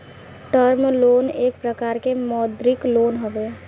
term loan एक प्रकार के मौदृक लोन हवे